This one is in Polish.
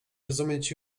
rozumieć